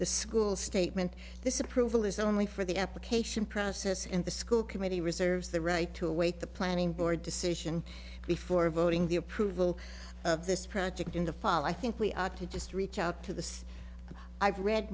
the school statement this approval is only for the application process in the school committee reserves the right to await the planning board decision before voting the approval of this project in the fall i think we ought to just reach out to the i've read